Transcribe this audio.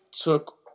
took